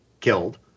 killed